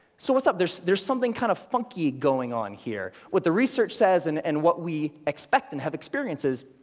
so, what's up? there's there's something kinda kind of funky going on here. what the research says and and what we expect, and have experiences,